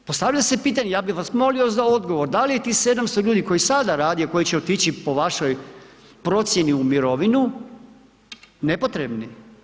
Postavlja se pitanje, ja bih vas molio za odgovor, da li je tih 700 ljudi koji sada radi, a koji će otići, po vašoj procjeni u mirovinu, nepotrebni?